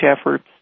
efforts